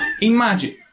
Imagine